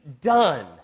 done